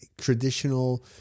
traditional